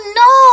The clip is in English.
no